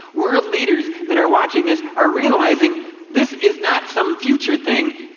world leaders that are watching this are realizing this is not some future thing,